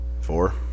Four